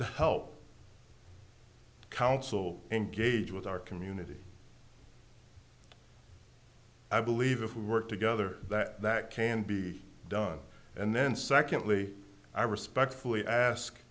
to help council engage with our community i believe if we work together that that can be done and then secondly i respectfully ask